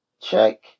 check